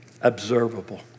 observable